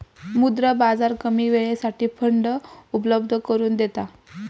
मुद्रा बाजार कमी वेळेसाठी फंड उपलब्ध करून देता